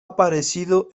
aparecido